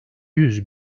yüz